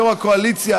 יו"ר הקואליציה,